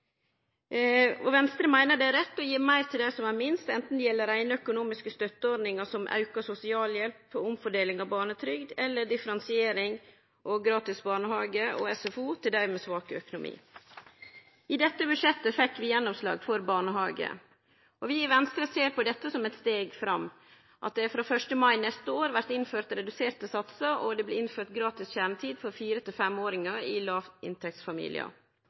og Venstre meiner det er rett å gje meir til dei som har minst, anten det gjeld reine økonomiske støtteordningar som auka sosialhjelp og omfordeling av barnetrygd, eller differensiering og gratis barnehage og SFO til dei med svak økonomi. I dette budsjettet fekk vi gjennomslag for barnehagar, og i Venstre ser vi på det som eit steg fram at det frå 1. mai neste år blir innført reduserte satsar og gratis kjernetid for fire- og femåringar i